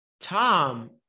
tom